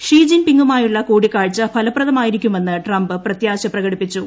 Xi Jin പിങ്ങുമായുള്ള കൂടിക്കാഴ്ച ഫലപ്രദമായിരിക്കുമെന്ന് ട്രംപ് പ്രത്യാശ പ്രകടിപ്പിച്ചു